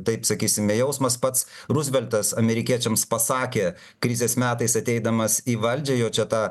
taip sakysime jausmas pats ruzveltas amerikiečiams pasakė krizės metais ateidamas į valdžią jo čia ta